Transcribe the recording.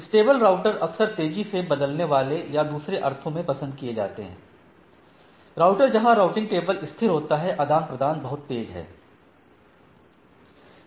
stable router अक्सर तेजी से बदलने वाले या दूसरे अर्थों में पसंद किए जाते हैं राउटर जहां राउटिंग टेबल स्थिर होता है आदान प्रदान बहुत तेज हैं